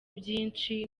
byinshi